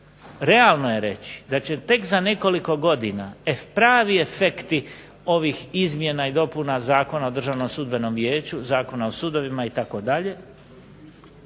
realno je reći da će tek za nekoliko godina pravi efekti ovih izmjena i dopuna Zakona o Državnom sudbenom vijeću, Zakona o sudovima itd.